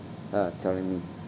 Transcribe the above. uh telling me